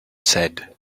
said